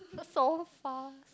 so fast